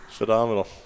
Phenomenal